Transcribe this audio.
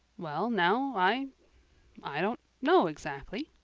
well now, i i don't know exactly.